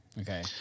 Okay